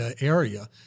area